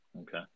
okay